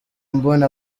mbona